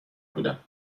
بودم